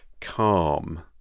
calm